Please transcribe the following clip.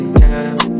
time